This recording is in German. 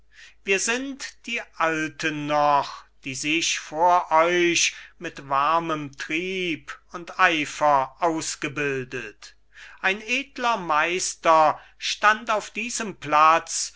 wir sind die alten noch die sich vor euch mit warmem trieb und eifer ausgebildet ein edler meister stand auf diesem platz